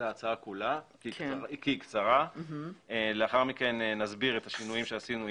ההצעה כולה כי היא קצרה ולאחר מכן נסביר את השינויים שעשינו,